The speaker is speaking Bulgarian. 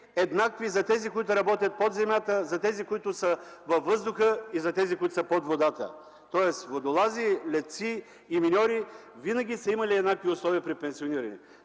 еднакви за тези, които работят под земята, за тези, които са във въздуха, и за тези, които са под водата. Водолази, летци, миньори винаги са имали еднакви условия при пенсионирането.